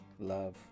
love